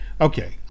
Okay